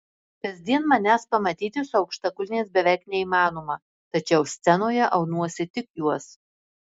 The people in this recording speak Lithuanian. kasdien manęs pamatyti su aukštakulniais beveik neįmanoma tačiau scenoje aunuosi tik juos